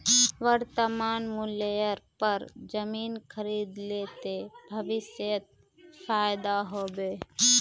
वर्तमान मूल्येर पर जमीन खरीद ले ते भविष्यत फायदा हो बे